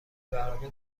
برقی